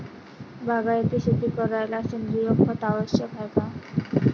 बागायती शेती करायले सेंद्रिय खत आवश्यक हाये का?